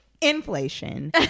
inflation